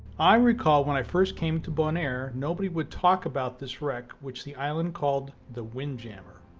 i recall when i first came to bonaire nobody would talk about this wreck which the island called the windjammer.